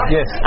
Yes